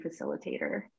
facilitator